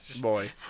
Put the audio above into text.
Boy